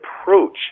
approach